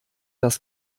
das